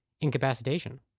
incapacitation